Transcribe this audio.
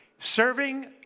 Serving